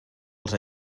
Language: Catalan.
els